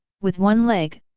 with one leg,